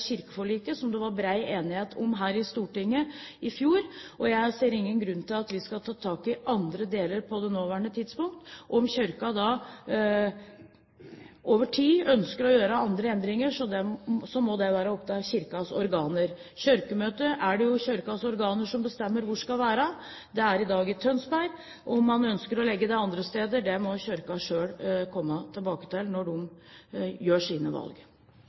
kirkeforliket som det var bred enighet om her i Stortinget i fjor, og jeg ser ingen grunn til at vi skal ta tak i andre deler på det nåværende tidspunkt. Om Kirken over tid ønsker å gjøre andre endringer, må det være opp til Kirkens organer. Kirkemøtet er det Kirkens organer som bestemmer hvor skal være – det er i dag i Tønsberg. Om man ønsker å legge det et annet sted, må Kirken selv komme tilbake til det når den gjør sine valg.